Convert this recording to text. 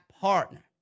partner